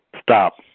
Stop